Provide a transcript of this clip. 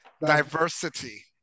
diversity